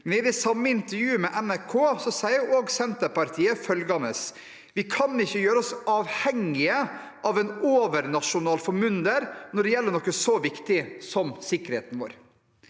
I det samme intervjuet i NRK sier også Senterpartiet at vi ikke kan gjøre oss avhengige av en overnasjonal formynder når det gjelder noe så viktig som sikkerheten vår.